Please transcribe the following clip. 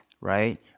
right